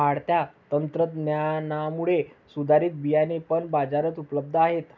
वाढत्या तंत्रज्ञानामुळे सुधारित बियाणे पण बाजारात उपलब्ध आहेत